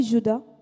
Judas